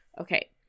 Okay